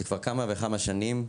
זה כבר כמה וכמה שנים,